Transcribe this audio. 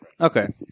Okay